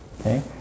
okay